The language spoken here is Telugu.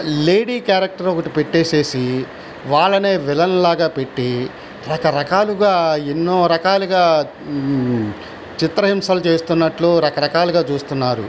లేడి క్యారెక్టర్ ఒకటి పెట్టేసేసి వాళ్ళనే విలన్లాగా పెట్టి రక రకాలుగా ఎన్నో రకాలుగా చిత్రహింసలు చేస్తున్నట్లు రకరకాలుగా చూస్తున్నారు